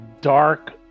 dark